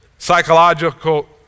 Psychological